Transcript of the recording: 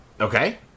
Okay